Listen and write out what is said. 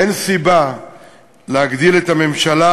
אין סיבה להגדיל את הממשלה,